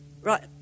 Right